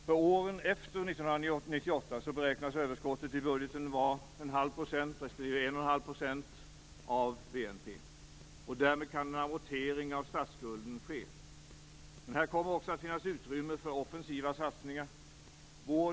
För åren efter 1998 beräknas överskottet i budgeten till 1⁄2 % respektive 1 1⁄2 % av BNP. Därmed kan en amortering av statsskulden ske. Här kommer också att finnas utrymme för offensiva satsningar.